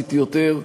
דרסטית יותר,